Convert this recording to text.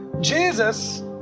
Jesus